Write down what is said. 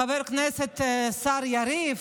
חבר הכנסת השר יריב,